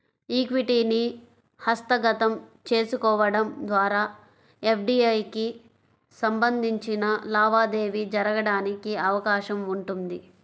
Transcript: ఈక్విటీని హస్తగతం చేసుకోవడం ద్వారా ఎఫ్డీఐకి సంబంధించిన లావాదేవీ జరగడానికి అవకాశం ఉంటుంది